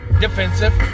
defensive